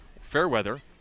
Fairweather